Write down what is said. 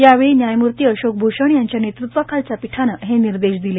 त्यावेळी न्यायमूर्ती अशोक भुषण यांच्या नेतृत्वाखालच्या पीठाने हे निर्देश दिले